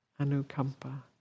anukampa